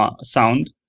sound